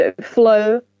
flow